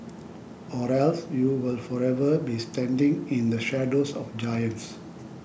or else you will forever be standing in the shadows of giants